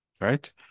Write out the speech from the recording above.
right